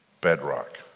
bedrock